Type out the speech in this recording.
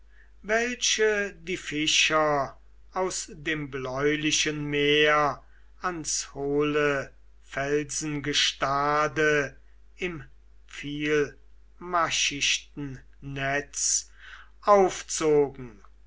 welche die fischer aus dem bläulichen meer ans hohle felsengestade im vielmaschichten netz aufzogen